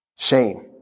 Shame